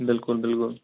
بِلکُل بِلکُل